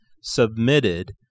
submitted